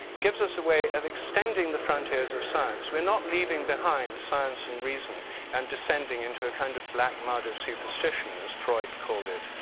gives us a way of extending the frontiers of science. we're not leaving behind science and reason and descending into a kind of black mode of superstition as freud called it.